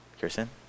Kirsten